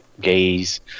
gays